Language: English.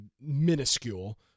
minuscule